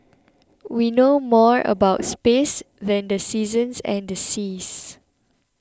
we know more about space than the seasons and the seas